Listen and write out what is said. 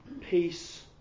Peace